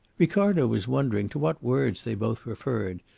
ricardo was wondering to what words they both referred,